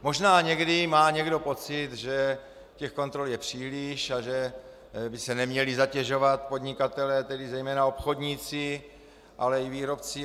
Možná někdy má někdo pocit, že těch kontrol je příliš a že by se neměli zatěžovat podnikatelé, tedy zejména obchodníci, ale i výrobci.